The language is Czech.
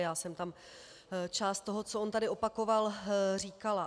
Já jsem tam část toho, co on tady opakoval, říkala.